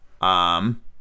Um